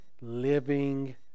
living